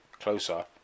closer